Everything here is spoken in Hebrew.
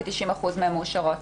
כ-90% מהן מאושרות.